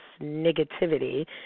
negativity